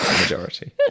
majority